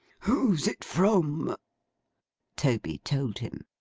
who's it from toby told him.